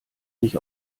nicht